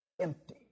empty